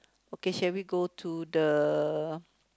okay shall we go to the